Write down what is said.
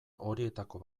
horietako